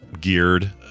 geared